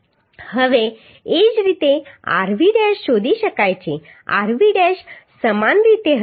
હવે એ જ રીતે rv ડૅશ શોધી શકાય છે rv ડૅશ સમાન રીતે હશે